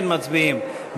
כן, מצביעים.